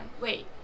Wait